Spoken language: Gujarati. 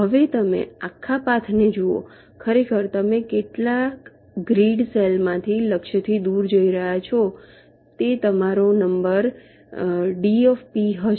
હવે તમે આખા પાથને જુઓ ખરેખર તમે કેટલા ગ્રીડ સેલમાં લક્ષ્યથી દૂર જઈ રહ્યા છો તે તમારો નંબર d હશે